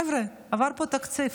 חבר'ה, עבר פה תקציב.